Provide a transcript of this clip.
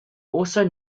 also